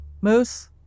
Moose